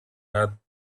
had